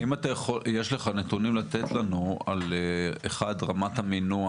האם יש לך נתונים לתת לנו על רמת המנהור